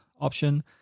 option